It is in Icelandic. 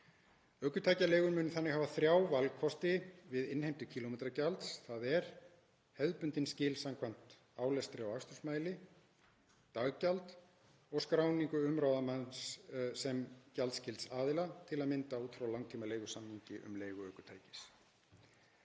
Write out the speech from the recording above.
Ökutækjaleigur munu þannig hafa þrjá valkosti við innheimtu á kílómetragjaldi, þ.e. hefðbundin skil samkvæmt álestri á akstursmæli, daggjald og skráningu umráðamanns sem gjaldskylds aðila, til að mynda út frá langtímaleigusamningi um leigu ökutækis.